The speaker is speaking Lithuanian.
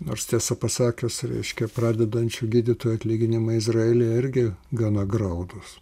nors tiesą pasakius reiškia pradedančių gydytojų atlyginimai izraelyje irgi gana graudūs